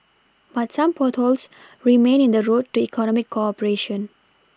but some potholes remain in the road to economic cooperation